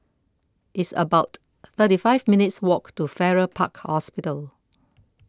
it's about thirty five minutes' walk to Farrer Park Hospital